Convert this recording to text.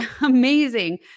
amazing